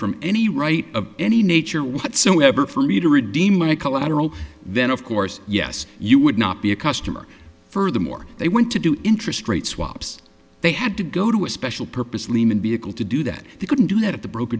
from any right of any nature whatsoever for me to redeem my collateral then of course yes you would not be a customer furthermore they want to do interest rate swaps they had to go to a special purpose lehman vehicle to do that they couldn't do that at the broker